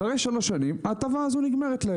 אחרי שלוש שנים ההטבה הזאת נגמרת להם.